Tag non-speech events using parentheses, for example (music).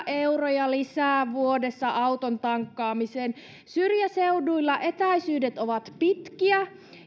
(unintelligible) euroja lisää vuodessa auton tankkaamiseen syrjäseuduilla etäisyydet ovat pitkiä